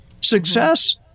Success